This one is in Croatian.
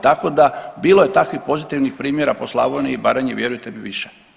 Tako da bilo je takvih pozitivnih primjera po Slavoniji i Baranji vjerujte mi više.